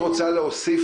את רוצה לענות